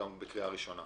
זה נאמר גם בקריאה ראשונה.